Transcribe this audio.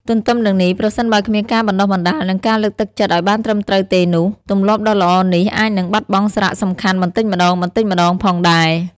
ទទ្ទឹមនឹងនេះ ប្រសិនបើគ្មានការបណ្ដុះបណ្ដាល និងការលើកទឹកចិត្តឲ្យបានត្រឹមត្រូវទេនោះ ទម្លាប់ដ៏ល្អនេះអាចនឹងបាត់បង់សារៈសំខាន់បន្តិចម្ដងៗផងដែរ។